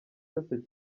cyose